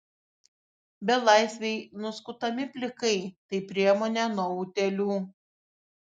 belaisviai nuskutami plikai tai priemonė nuo utėlių